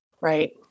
Right